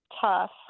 tough